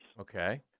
okay